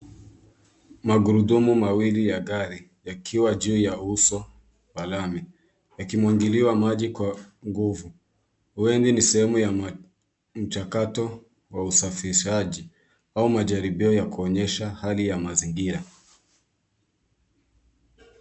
Magurudumu mawili ya gari yakiwa juu ya uso wa lami, yakimwagiliwa maji kwa nguvu. Huenda ni sehemu ya mchakato wa usafishaji au majaribio ya kuonyesha hali ya mazingira.